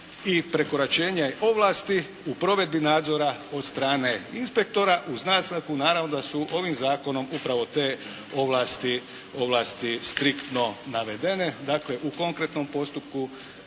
i prekoračenja ovlasti u provedbi nadzora od strane inspektora uz naznaku naravno da su ovim zakonom upravo te ovlasti striktno navedene. Dakle u konkretnom postupku